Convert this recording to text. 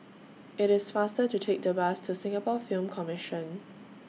IT IS faster to Take The Bus to Singapore Film Commission